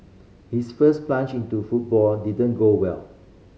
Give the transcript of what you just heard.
his first plunge into football didn't go well